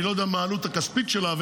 אני לא יודע מה העלות הכספית שלה,